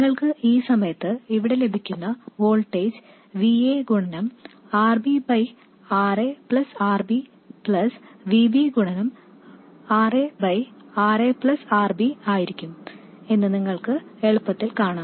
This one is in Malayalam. നിങ്ങൾക്ക് ഈ സമയത്ത് ഇവിടെ ലഭിക്കുന്ന വോൾട്ടേജ് Va ഗുണനം Rb by Ra plus Rb plus Vb ഗുണനം Ra by Ra plus Rb ആയിരിക്കും എന്ന് നിങ്ങൾക്ക് എളുപ്പത്തിൽ കാണാം